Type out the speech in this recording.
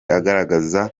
agaragaza